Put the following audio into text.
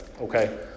Okay